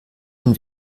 den